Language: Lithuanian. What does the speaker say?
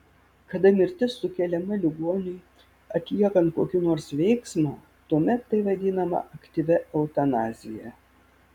kada mirtis sukeliama ligoniui atliekant kokį nors veiksmą tuomet tai vadinama aktyvia eutanazija